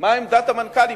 מה עמדת המנכ"לים,